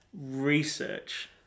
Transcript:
research